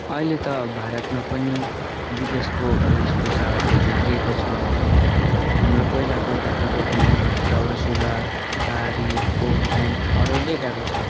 अहिले त भारतमा पनि विदेशको वेशभूषाहरू भित्रिएको छ हाम्रो पहिलाको ढाकाटोपी दौरा सुरुवाल साडी कोट प्यान्ट हराउँदै गएको छ